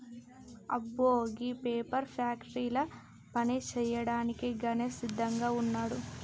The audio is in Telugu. అబ్బో గీ పేపర్ ఫ్యాక్టరీల పని సేయ్యాడానికి గణేష్ సిద్దంగా వున్నాడు